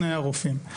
הרופאים האלה לא שמישים.